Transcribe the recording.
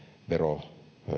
vero